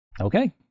Okay